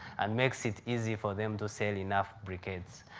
and makes it easy for them to sell enough briquettes.